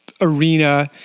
arena